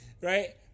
right